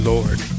Lord